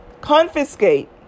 confiscate